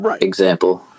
example